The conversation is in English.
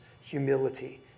humility